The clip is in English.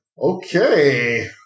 Okay